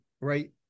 right